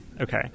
Okay